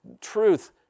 Truth